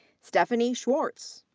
stephanie schwartz.